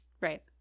right